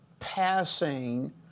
passing